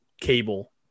cable